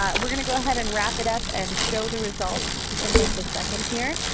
ah we're going to go ahead and wrap it up and show the results in just a second here.